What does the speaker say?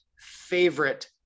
favorite